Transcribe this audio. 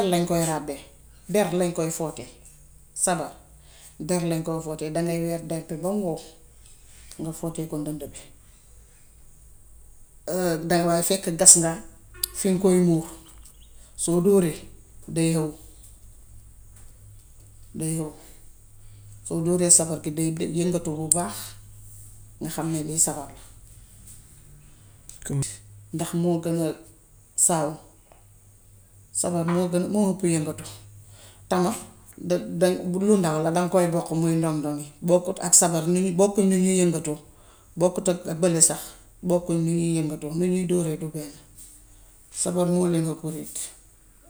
Der lañ koy ràbbee. Der lañ koy fóotee. Sabar der lan koy footee. Dangay weer der bi bam wow nga fóotee ko ndënd bi fekk gas nga fiŋ koy muur, soo dóoree day hëw, day hëw. Soo dóoree sabar gi day day yëngatu bu baax nga xam ne lii sabar la ndax moo gën a saawu. Sabar moo gën a, sabar moo ëpp yëngatu. Tama lu ndaw la daŋ koy boqu muy ndoŋ ndoŋi. Bokkut ak sabar ni ñuy, bokkuñ nu ñuñ nu ñuy yëngatoo. Bokkut ak bële sax, bokkuñ ni ñuy yëngatoo. Ni ñuy dóoree du benn. Sabar moo leen hëpp ritm.